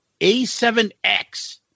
A7X